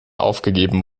aufgegeben